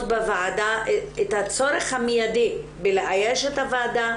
את הצורך המיידי בלאייש את הוועדה,